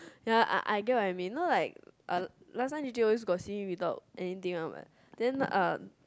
ya I I get what I mean you know like uh last time j_j always got see you without anything one right then um